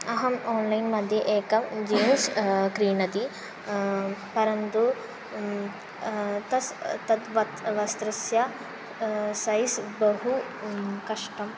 अहम् ओण्लैन् मध्ये एक जीन्स् क्रीतं परन्तु तस्य तद्वत् वस्त्रस्य सैज़् बहु कष्टम्